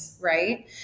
Right